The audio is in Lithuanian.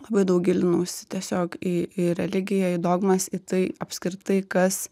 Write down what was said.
labai daug gilinausi tiesiog į į religiją į dogmas į tai apskritai kas